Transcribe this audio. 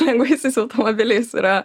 lengvaisiais automobiliais yra